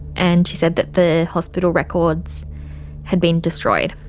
and she said that the hospital records had been destroyed,